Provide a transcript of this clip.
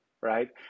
right